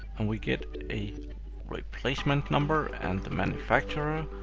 and we get a replacement number and the manufacturer.